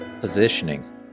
Positioning